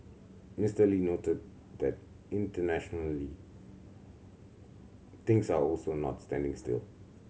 Mister Lee noted that internationally things are also not standing still